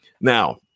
Now